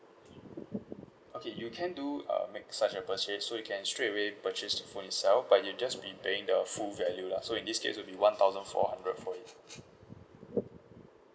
okay you can do uh make such a purchase so you can straight away purchase the phone itself but you'll just be paying the full value lah so in this case will be one thousand four hundred for it